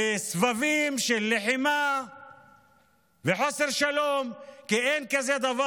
בסבבים של לחימה וחוסר שלום, כי אין כזה דבר.